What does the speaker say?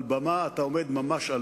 על במה אתה עומד ממש,